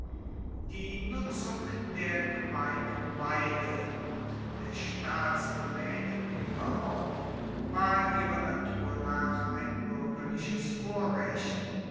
die nutzung der gemeinen weide und der staatsdomaenen ueberhaupt war ihrer natur nach ein buergerliches vorrecht